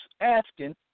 asking